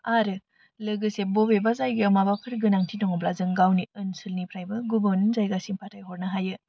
आरो लोगोसे बबेबा जायगायाव माबाफोर गोनांथि दङब्ला जों गावनि ओनसोलनिफ्रायबो गुबुन जायगासिम फाथायहरनो हायो